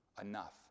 enough